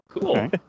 Cool